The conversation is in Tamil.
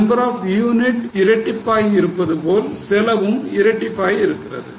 நம்பர் ஆப் யூனிட் இரட்டிப்பாகி இருப்பதுபோல் செலவும் இரட்டிப்பாகி இருக்கிறது